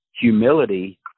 humility